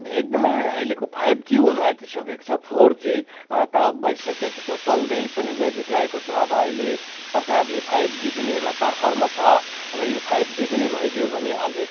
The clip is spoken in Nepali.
एकदमै अहिलेको फाइभ जी हुन आँटिसकेको छ फोर जी त भइसकेको थियो चल्दै पनि गरिरहेको छ र अहिले सरकारले फाइभ जी पनि यसलाई तर्खरमा छ र यो फाइभ जी पनि भइदियो भने अझै